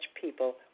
people